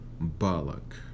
Balak